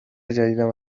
جدیدم